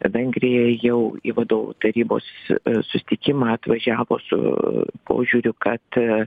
vengrija jau į vadovų tarybos susitikimą atvažiavo su požiūriu kad